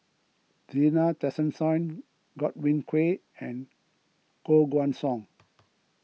Zena Tessensohn Godwin Koay and Koh Guan Song